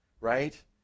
right